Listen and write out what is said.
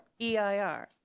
EIR